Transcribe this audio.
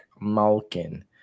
Malkin